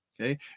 Okay